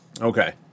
Okay